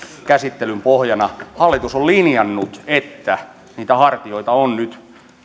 käsittelyn pohjana hallitus on linjannut että niitä hartioita on nyt